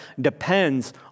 depends